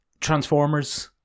Transformers